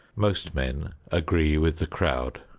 most men agree with the crowd.